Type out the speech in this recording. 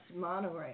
monorail